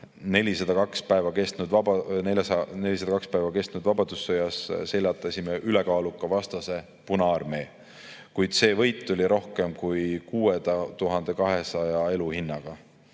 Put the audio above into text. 402 päeva kestnud vabadussõjas seljatasime ülekaaluka vastase Punaarmee, kuid see võit tuli rohkem kui 6200 elu hinnaga.